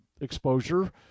exposure